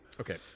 Okay